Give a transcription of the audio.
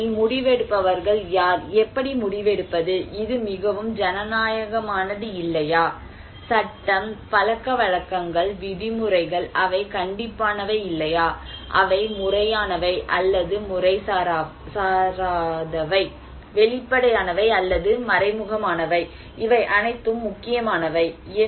செயல்பாட்டில் முடிவெடுப்பவர்கள் யார் எப்படி முடிவெடுப்பது இது மிகவும் ஜனநாயகமானது இல்லையா சட்டம் பழக்கவழக்கங்கள் விதிமுறைகள் அவை கண்டிப்பானவை இல்லையா அவை முறையானவை அல்லது முறைசாராவை வெளிப்படையானவை அல்லது மறைமுகமானவை இவை அனைத்தும் முக்கியமானவை